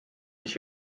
mis